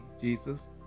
Jesus